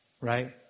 right